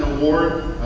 more